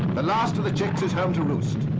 the last of the chicks is home to roost.